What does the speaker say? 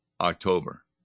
October